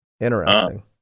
Interesting